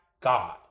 God